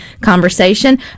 conversation